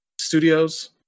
studios